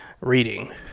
reading